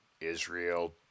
Israel